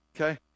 Okay